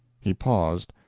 he paused.